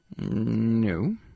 No